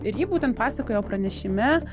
ir ji būtent pasakojo pranešime